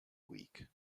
weak